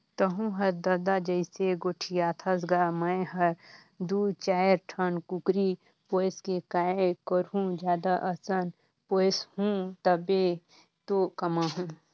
तहूँ हर ददा जइसे गोठियाथस गा मैं हर दू चायर ठन कुकरी पोयस के काय करहूँ जादा असन पोयसहूं तभे तो कमाहूं